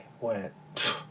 went